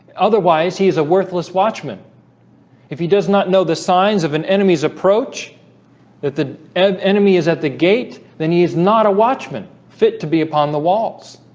otherwise he is a worthless watchman if he does not know the signs of an enemy's approach that the enemy is at the gate then he is not a watchman fit to be upon the walls